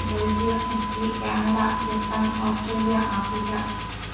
Belgium Italy Canada Japan Australia Africa